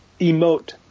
emote